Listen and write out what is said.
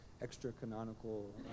extra-canonical